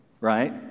right